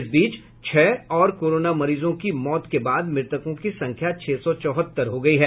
इस बीच छह और कोरोना मरीजों की मौत के बाद मृतकों की संख्या छह सौ चौहत्तर हो गयी है